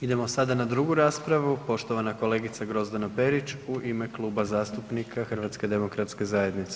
Idemo sada na 2. raspravu, poštovana kolegica Grozdana Perić u ime Kluba zastupnika HDZ-a.